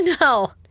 no